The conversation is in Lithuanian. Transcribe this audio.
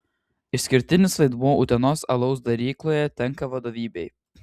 išskirtinis vaidmuo utenos alaus darykloje tenka vadovybei